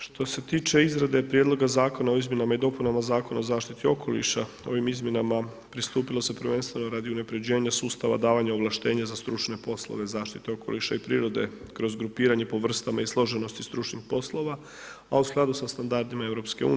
Što se tiče izrade Prijedloga zakona o izmjenama i dopunama Zakona o zaštiti okoliša, ovim izmjenama pristupilo se prvenstveno radi unapređena sustava davanja ovlaštenja za stručne poslove zaštite okoliša i prirode kroz grupiranje po vrstama i složenosti stručnih poslova, a u skladu sa standardima EU.